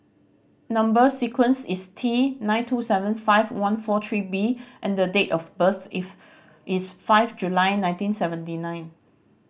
number sequence is T nine two seven five one four three B and date of birth is is five July nineteen seventy nine